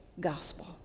gospel